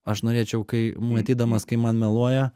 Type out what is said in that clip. aš norėčiau kai matydamas kai man meluoja